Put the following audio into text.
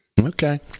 Okay